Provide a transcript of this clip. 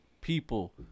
people